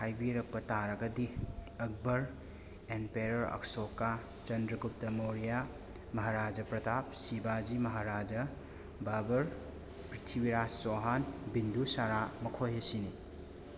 ꯍꯥꯏꯕꯤꯔꯛꯄ ꯇꯔꯥꯒꯗꯤ ꯑꯛꯕꯔ ꯑꯦꯝꯄꯦꯔꯔ ꯑꯁꯣꯀꯥ ꯆꯟꯗ꯭ꯔ ꯒꯨꯞꯇ ꯃꯣꯔꯤꯌꯥ ꯃꯍꯥꯔꯥꯖ ꯄ꯭ꯔꯇꯥꯞ ꯁꯤꯚꯥꯖꯤ ꯃꯍꯥꯔꯥꯖꯥ ꯕꯥꯕꯔ ꯄ꯭ꯔꯤꯊꯤꯕꯤꯔꯥꯖ ꯆꯣꯍꯥꯟ ꯕꯤꯟꯙꯨꯁꯔꯥ ꯃꯈꯣꯏ ꯑꯁꯤꯅꯤ